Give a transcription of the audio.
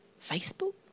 Facebook